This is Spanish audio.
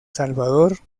salvador